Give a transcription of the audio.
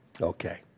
Okay